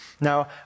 now